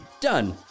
Done